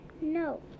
No